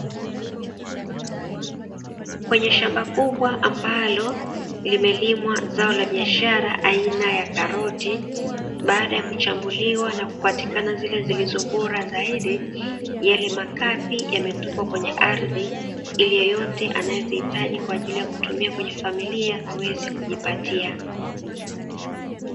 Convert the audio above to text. Kwenye shamba kubwa ambalo limelimwa zao la biashara aina ya karoti baada ya kuchambuliwa na kupatikana zile zilizo bora zaidi yale makapi yanawekwa kwenye ardhi, ili yeyote anayehitaji kutumia kwenye familia aweze kujipatia.